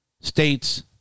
states